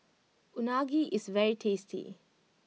Unagi is very tasty